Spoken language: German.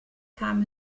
kam